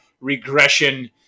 regression